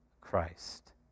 Christ